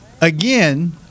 again